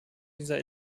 dieser